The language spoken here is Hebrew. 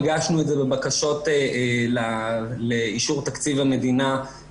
הגשנו את זה בבקשות לאישור תקציב המדינה.